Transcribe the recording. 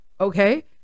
okay